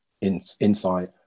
insight